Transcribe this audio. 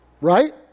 Right